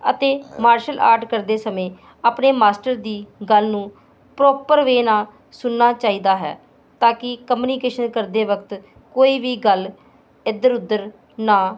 ਅਤੇ martial art ਕਰਦੇ ਸਮੇਂ ਆਪਣੇ ਮਾਸਟਰ ਦੀ ਗੱਲ ਨੂੰ ਪ੍ਰੋਪਰ ਵੇ ਨਾਲ ਸੁਣਨਾ ਚਾਹੀਦਾ ਹੈ ਤਾਂ ਕਿ ਕਮਨੀਕੇਸ਼ਨ ਕਰਦੇ ਵਕਤ ਕੋਈ ਵੀ ਗੱਲ ਇੱਧਰ ਉੱਧਰ ਨਾ